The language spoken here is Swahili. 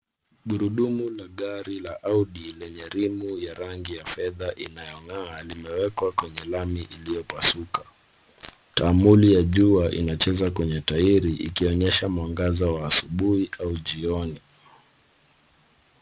Gurudumu la gari la audi lenye rimu ya rangi ya fedha inayong'aa limewekwa kwenye lami iliyopasuka. Taamuli ya jua inacheza kwenye tairi ikionyesha mwangaza wa asubuhi au jioni.